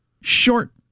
short